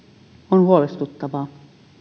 on huolestuttavaa